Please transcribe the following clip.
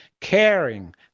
Caring